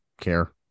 care